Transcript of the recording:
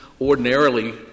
ordinarily